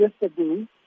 yesterday